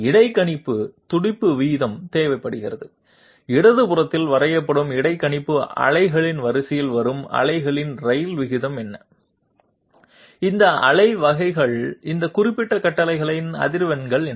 இடைக்கணிப்பு துடிப்பு வீதம் தேவைப்படுகிறது இடது புறத்தில் வரையப்படும் இடைக்கணிப்பு அலைகளின் வரிசையில் வரும் அலைகளின் ரயில் விகிதம் என்ன இந்த அலை வகைகள் இந்த குறிப்பிட்ட கட்டளைக்கான அதிர்வெண் என்ன